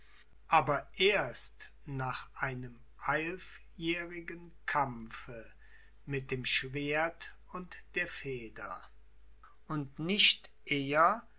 aber erst nach einem einjährigen kampfe mit dem schwert und der feder und nicht eher